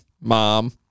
Mom